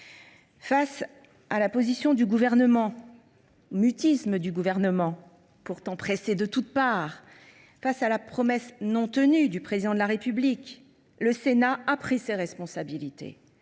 Face au mutisme du Gouvernement, pourtant pressé de toutes parts, face à la promesse non tenue du Président de la République, le Sénat a pris ses responsabilités